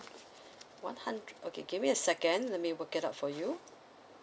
one hundred okay give me a second let me work it out for you